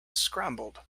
scrambled